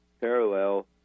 parallel